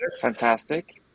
Fantastic